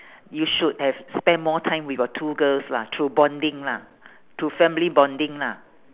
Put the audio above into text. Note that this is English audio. you should have spent more time with your two girls lah through bonding lah through family bonding lah